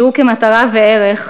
שהוא כמטרה וערך,